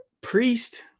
priest